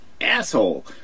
asshole